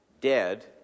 Dead